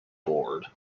bored